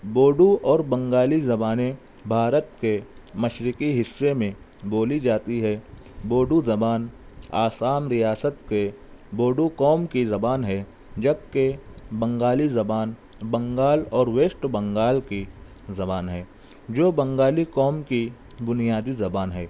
بوڈو اور بنگالی زبانیں بھارت کے مشرقی حصے میں بولی جاتی ہے بوڈو زبان آسام ریاست کے بوڈو قوم کی زبان ہے جبکہ بنگالی زبان بنگال اور ویسٹ بنگال کی زبان ہے جو بنگالی قوم کی بنیادی زبان ہے